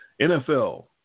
NFL